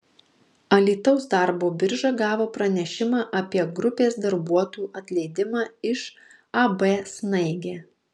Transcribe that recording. alytaus darbo birža gavo pranešimą apie grupės darbuotojų atleidimą iš ab snaigė